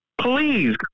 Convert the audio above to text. please